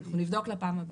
אנחנו נבדוק לפעם הבאה.